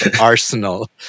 arsenal